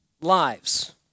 lives